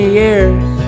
years